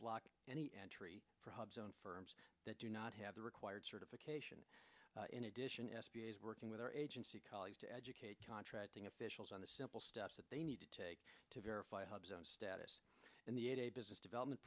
block any entry for hubs on firms that do not have the required certification in addition s b a is working with our agency colleagues to educate contracting officials on the simple steps that they need to take to verify hubs status in the business development